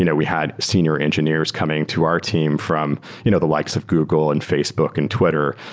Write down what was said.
you know we had senior engineers coming to our team from you know the likes of google, and facebook, and twitter,